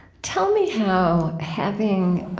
tell me how having